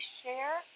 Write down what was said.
share